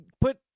put